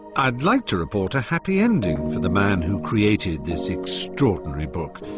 i'd like to report a happy ending for the man who created this extraordinary book,